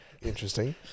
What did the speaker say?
Interesting